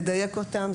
לדייק אותם,